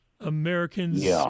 Americans